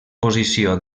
posició